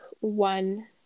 one